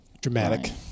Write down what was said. dramatic